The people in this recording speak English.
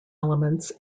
elements